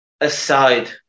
aside